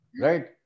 right